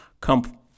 come